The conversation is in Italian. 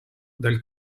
dal